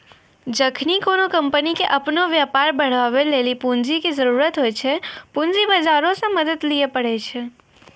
जखनि कोनो कंपनी के अपनो व्यापार बढ़ाबै लेली पूंजी के जरुरत होय छै, पूंजी बजारो से मदत लिये पाड़ै छै